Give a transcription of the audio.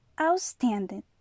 outstanding